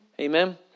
Amen